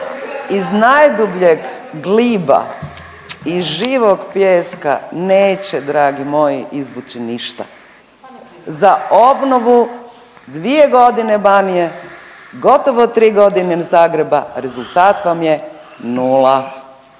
iz najdubljeg gliba i živog pijeska neće, dragi moji, izvući ništa. Za obnovu 2 godine Banije, gotovo 3 godine Zagreba, rezultat vam je nula